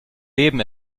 leben